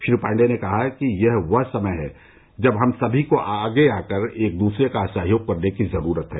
श्री पाण्डे ने कहा कि यह वह समय है जब हम सभी को आगे आकर एक दूसरे का सहयोग करने की जरूरत है